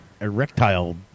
erectile